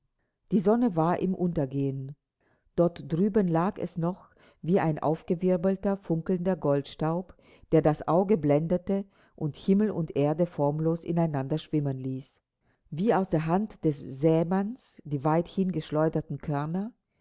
die sonne war im untergehen dort drüben lag es noch wie ein aufgewirbelter funkelnder goldstaub der das auge blendete und himmel und erde formlos ineinander schwimmen ließ wie aus der hand des sämanns die weithin geschleuderten körner